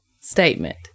statement